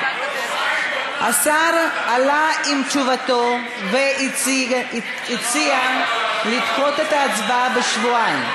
השר עלה עם תשובתו והציע לדחות את ההצבעה בשבועיים.